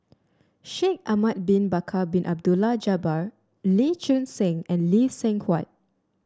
Shaikh Ahmad Bin Bakar Bin Abdullah Jabbar Lee Choon Seng and Lee Seng Huat